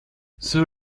ceux